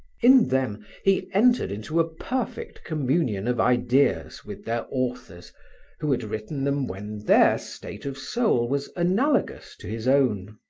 in them he entered into a perfect communion of ideas with their authors who had written them when their state of soul was analogous to his own.